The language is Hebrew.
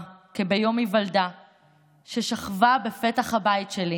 כביום היוולדה ששכבה בפתח הבית שלי.